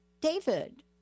David